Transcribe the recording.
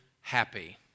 happy